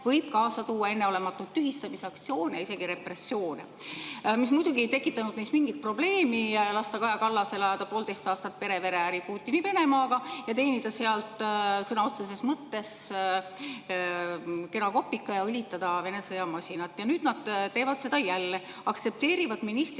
võib kaasa tuua enneolematu tühistamisaktsiooni ja isegi repressioone. See muidugi ei tekitanud neis mingit probleemi lasta Kaja Kallasel ajada poolteist aastat perevereäri Putini Venemaaga, teenida sealt sõna otseses mõttes kena kopika ja õlitada Vene sõjamasinat. Ja nüüd nad teevad seda jälle: aktsepteerivad ministrina inimest